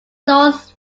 north